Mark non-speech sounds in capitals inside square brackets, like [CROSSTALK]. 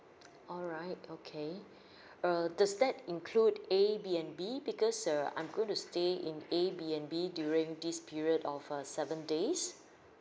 [NOISE] alright okay [BREATH] err does that include airbnb because uh I'm going to stay in airbnb during this period of uh seven days